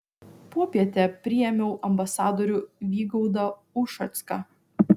popietę priėmiau ambasadorių vygaudą ušacką